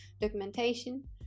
documentation